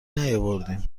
نیاوردیم